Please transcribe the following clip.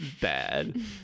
bad